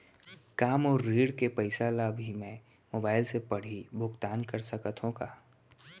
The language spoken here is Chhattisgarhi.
का मोर ऋण के पइसा ल भी मैं मोबाइल से पड़ही भुगतान कर सकत हो का?